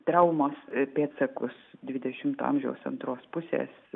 traumos pėdsakus dvidešimto amžiaus antros pusės